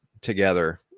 together